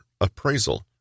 appraisal